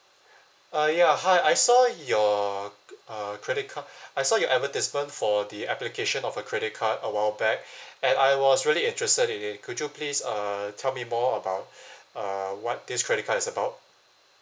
ah ya hi I saw your uh credit card I saw your advertisement for the application of a credit card a while back and I was really interested in it could you please uh tell me more about uh what this credit card is about